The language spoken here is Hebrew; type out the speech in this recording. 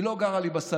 היא לא גרה לי בסלון,